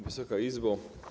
Wysoka Izbo!